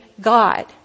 God